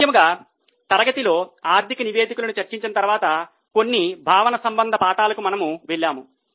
ముఖ్యంగా తరగతిలో ఆర్థిక నివేదికలను చర్చించిన తరువాత కొన్ని భావన సంబంధ పాఠాలకు మనము వెళ్ళాము